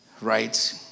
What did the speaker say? right